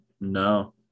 No